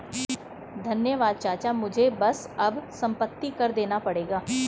धन्यवाद चाचा मुझे बस अब संपत्ति कर देना पड़ेगा